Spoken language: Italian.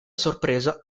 sorpresa